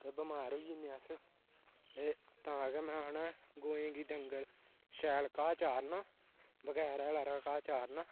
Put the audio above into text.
ते बमार होई जन्ने अस ते तां गै में आखना गौऐं गी डंगर शैल घाऽ चारना बगैर हेलै आह्ला घाऽ चारना